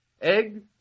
Egg